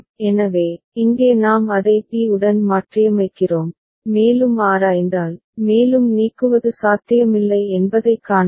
எனவே இங்கே நாம் அதை b உடன் மாற்றியமைக்கிறோம் மேலும் ஆராய்ந்தால் மேலும் நீக்குவது சாத்தியமில்லை என்பதைக் காணலாம்